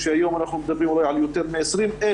שהיה יושב-ראש הות"ת אז פרופ'